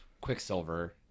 Quicksilver